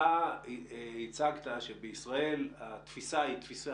יש ועדת מחירים משותפת